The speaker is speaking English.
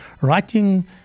writing